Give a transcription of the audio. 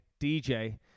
DJ